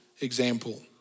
example